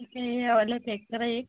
तिथे हे या वालं चेक करा एक